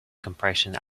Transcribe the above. compression